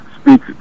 speak